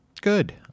Good